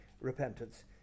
repentance